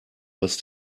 was